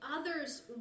others